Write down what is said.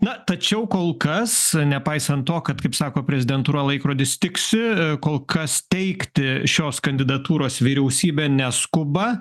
na tačiau kol kas nepaisant to kad kaip sako prezidentūra laikrodis tiksi kol kas teikti šios kandidatūros vyriausybė neskuba